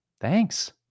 Thanks